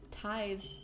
ties